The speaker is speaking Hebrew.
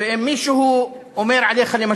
ואם מישהו אומר עליך דבר